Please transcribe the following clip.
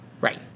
Right